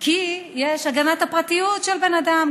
כי יש הגנת הפרטיות של בן אדם,